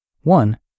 One